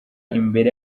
imbere